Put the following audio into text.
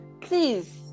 please